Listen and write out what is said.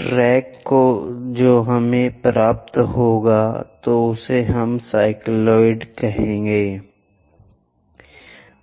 रख रहे हैं तो हम जो भी ट्रैक प्राप्त करने जा रहे हैं उसे हम साइक्लॉयड कहते हैं